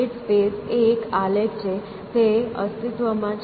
state space એ એક આલેખ છે તે અસ્તિત્વમાં છે